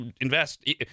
invest